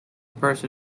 person